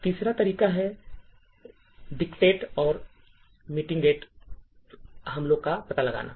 तीसरा तरीका है डिटेक्ट और मिटिगेट हमलों का पता लगाना